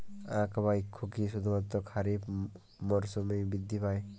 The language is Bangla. আখ বা ইক্ষু কি শুধুমাত্র খারিফ মরসুমেই বৃদ্ধি পায়?